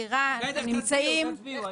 בסדר, תצביעו, תצביעו.